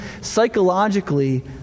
Psychologically